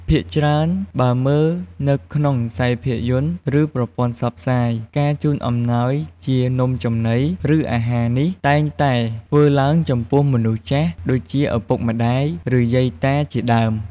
ភាគច្រើន បើមើលនៅក្នុងខ្សែភាពយន្ត ឬ ប្រព័ន្ធផ្សព្វផ្សាយ ការជូនអំណោយជានំចំណី ឬ អាហារនេះ តែងតែធ្វើឡើងចំពោះមនុស្សចាស់ ដូចជាឪពុកម្ដាយ ឬ យាយតា ជាដើម។